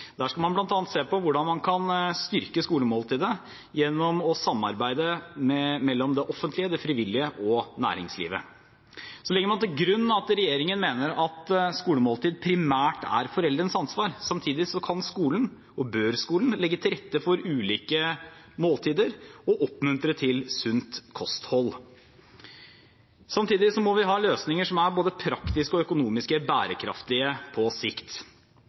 Der skal man bl.a. se på hvordan man kan styrke skolemåltidet gjennom samarbeid mellom det offentlige, det frivillige og næringslivet. Så legger man til grunn at regjeringen mener at skolemåltidet primært er foreldrenes ansvar, samtidig som skolen kan – og bør – legge til rette for ulike måltider og oppmuntre til sunt kosthold. Samtidig må vi ha løsninger som er både praktiske og økonomisk bærekraftige på sikt.